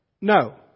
No